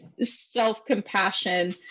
self-compassion